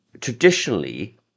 Traditionally